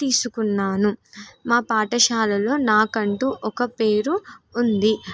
తీసుకున్నాను మా పాఠశాలలో నాకంటూ ఒక పేరు ఉంది